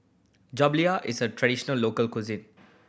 jaberlia is a traditional local cuisine